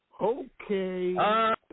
Okay